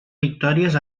victòries